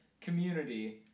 community